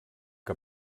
que